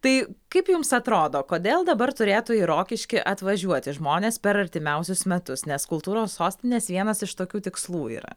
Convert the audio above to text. tai kaip jums atrodo kodėl dabar turėtų į rokiškį atvažiuoti žmonės per artimiausius metus nes kultūros sostinės vienas iš tokių tikslų yra